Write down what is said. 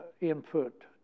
input